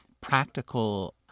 practical